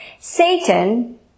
Satan